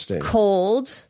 cold